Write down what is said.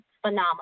phenomenal